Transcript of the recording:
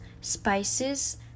spices